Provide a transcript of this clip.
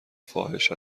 فاحش